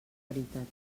veritat